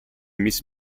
miss